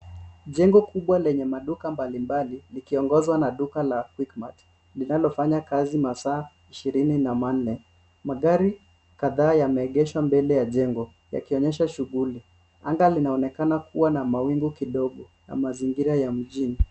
Jengo kubwa lenye maduka mbalimbali likiongozwa na duka la Quickmart linalofanya kazi masaa ishirini na manne. Magari kadhaa yameegeshwa mbele ya jengo yakionyesha shughuli. Anga linaonekana kuwa na mawingu kidogo na mazingira ya mjini.